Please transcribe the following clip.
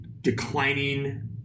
declining